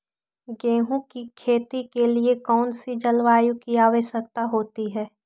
गेंहू की खेती के लिए कौन सी जलवायु की आवश्यकता होती है?